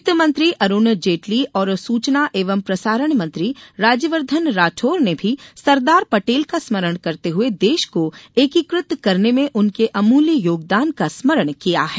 वित्त मंत्री अरूण जेटली और सूचना एवं प्रसारण मंत्री राज्यवर्धन राठोर ने भी सरदार पटेल का स्मरण करते हुए देश को एकीकृत करने में उनके अमूल्य योगदान का स्मरण किया है